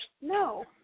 No